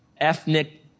ethnic